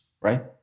right